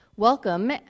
Welcome